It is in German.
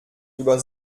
über